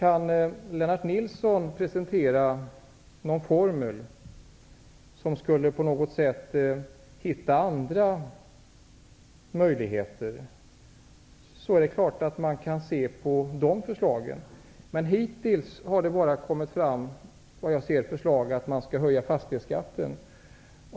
Om Lennart Nilsson kan presentera någon formel eller på något sätt hitta andra möjligheter, är det klart att man kan studera dessa. Men hittills har det, vad jag har sett, bara kommit fram förslag på höjning av fastighetsskatten.